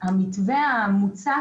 ושהמתווה המוצע